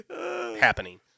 happening